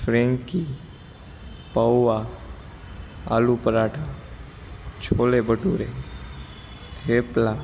frankie poha aloo paratha chole bhature thepla